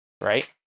right